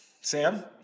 Sam